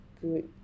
good